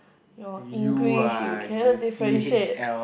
your English you cannot differentiate